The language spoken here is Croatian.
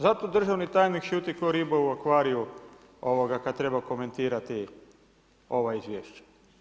Zato državni tajnik šuti ko riba u akvariju kad treba komentirati ova izvješća.